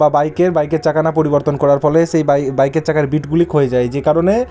বা বাইকের বাইকের চাকা না পরিবর্তন করার ফলে সেই বাইকের চাকার বিটগুলি ক্ষয়ে যায় যে কারণে